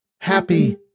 Happy